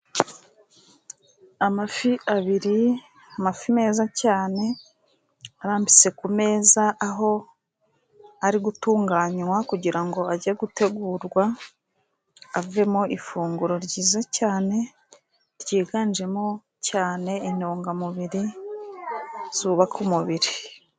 Amafi abiri, amafi meza cyane arambitse ku meza aho ari gutunganywa, kugira ngo ajye gutegurwa avemo ifunguro ryiza cyane, Ryiganjemo cyane intungamubiri zubaka umubiri.